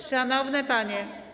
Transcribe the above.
Szanowne panie.